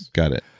got it.